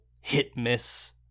hit-miss